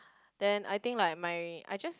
then I think like my I just